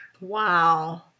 Wow